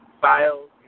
files